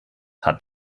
hat